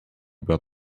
about